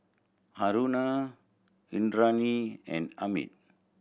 Aruna Indranee and Amit